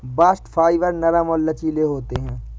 bast fibre नरम और लचीले होते हैं